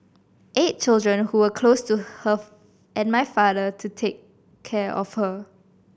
eight children who were close to her and my father to take care of her